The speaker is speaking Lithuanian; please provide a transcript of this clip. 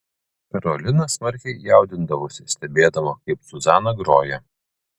karolina smarkiai jaudindavosi stebėdama kaip zuzana groja